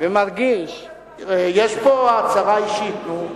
יש פה הצהרה אישית.